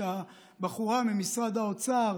שהבחורה ממשרד האוצר,